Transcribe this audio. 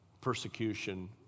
persecution